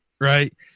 Right